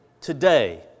today